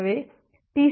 எனவே டி